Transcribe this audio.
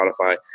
Spotify